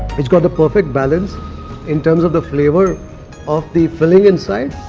it's got the perfect balance in terms of the flavour of the filling inside.